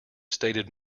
stated